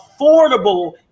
affordable